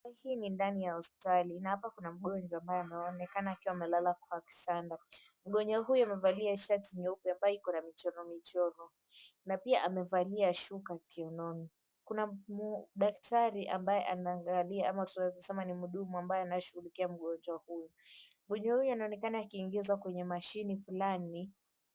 Hi ni ndani ya hosipitali na hapa kuna mngonjwa ambaye anaonekana akiwa amelala kwa kitanda, mgonjwa huyo amevalia shati nyeupe ambayo iko na michoro michoro na pia amevalia shuka kiunoni, kuna daktari ambaye anaangalia ama tuanweza kusema muhudumu ambaye anashughulikia mgonjwa huyu. Mgonjwa huyu anaonekana akiingizwa kwenye mashini fulani .